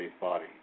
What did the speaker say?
body